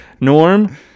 Norm